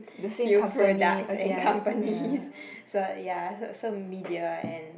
few products and companies so ya so so media and